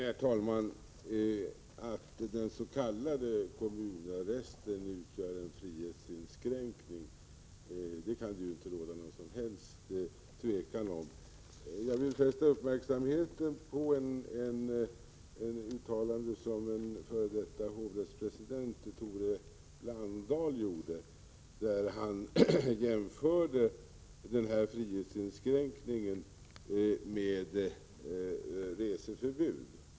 Herr talman! Att den s.k. kommunarresten utgör en frihetsinskränkning kan det inte råda något som helst tvivel om. Jag vill fästa uppmärksamheten på ett uttalande som en före detta hovrättspresident, Tore Landahl, gjorde. Han jämförde den här frihetsinskränkningen med reseförbud.